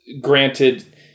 Granted